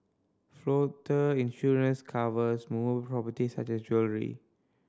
floater insurance covers movable properties such as jewellery